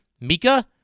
Mika